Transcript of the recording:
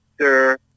Sir